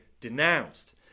denounced